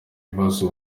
bibazo